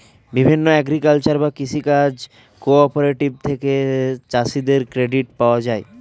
বিভিন্ন এগ্রিকালচারাল বা কৃষি কাজ কোঅপারেটিভ থেকে চাষীদের ক্রেডিট পাওয়া যায়